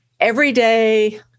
everyday